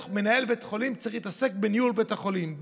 מנהל בית חולים צריך להתעסק בניהול בית החולים,